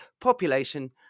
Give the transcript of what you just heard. population